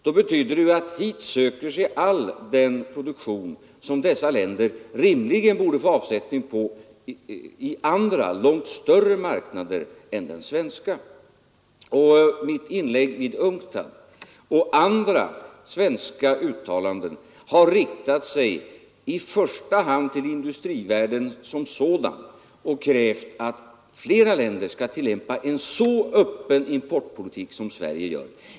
En sådan skulle betyda att all den produktion, som dessa länder rimligen borde få avsättning för även på andra, långt större marknader än den svenska, skulle söka sig hit. Mitt inlägg i UNCTAD liksom andra svenska uttalanden har i första hand riktat sig till industrivärlden som sådan och krävt att flera länder skall tillämpa en så öppen importpolitik som Sverige gör.